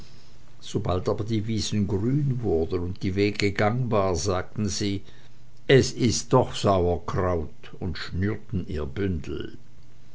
sobald aber die wiesen grün wurden und die wege gangbar sagten sie es ist doch sauerkraut und schnürten ihr bündel